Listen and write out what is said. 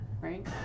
right